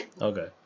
Okay